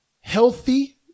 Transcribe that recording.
healthy